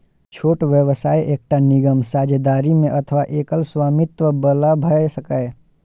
छोट व्यवसाय एकटा निगम, साझेदारी मे अथवा एकल स्वामित्व बला भए सकैए